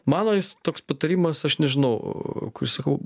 mano jis toks patarimas aš nežinau kurį sakau